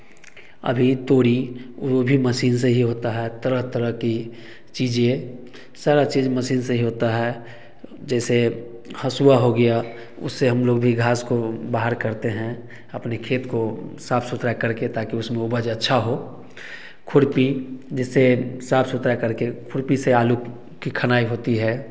अभी तोड़ी वह भी मसीन से ही होता है तरह तरह की चीज़ें सारा चीज़ मसीन से ही होता है जैसे हसुआ हो गया उससे हम जल्दी घास को बाहर करते हैं अपनी खेत को साफ़ सुथरा करके ताकि उसमें उबज अच्छा हो खुर्पी जिसे साफ़ सुथरा करके खुर्पी से आलू की खनाई होती है